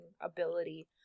ability